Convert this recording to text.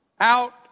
out